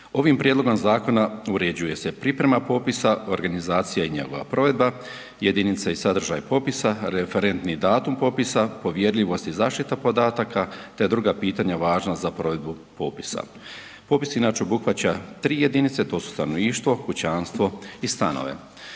Ovim prijedlogom zakona uređuje se priprema popisa, organizacija i njegova provedba, jedinice i sadržaj popisa, referentni datum popisa, povjerljivost i zaštita podataka te druga pitanja važna za provedbu popisa. Popis inače obuhvaća 3 jedinice, to su stanovništvo, kućanstvo i stanove.